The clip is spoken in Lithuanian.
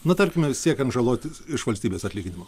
na tarkime siekiant žalos iš valstybės atlyginimo